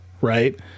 right